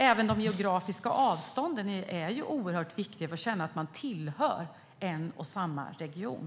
Även de geografiska avstånden är oerhört viktiga när det gäller att känna att man tillhör en och samma region.